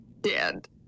dead